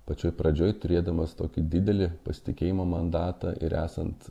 pačioj pradžioj turėdamas tokį didelį pasitikėjimo mandatą ir esant